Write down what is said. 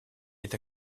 est